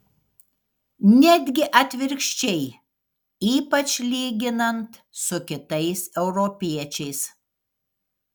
netgi atvirkščiai ypač lyginant su kitais europiečiais